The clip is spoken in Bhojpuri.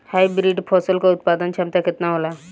हाइब्रिड फसल क उत्पादन क्षमता केतना होला?